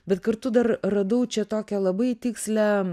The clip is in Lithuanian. bet kartu dar radau čia tokią labai tikslią